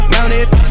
Mounted